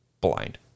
blind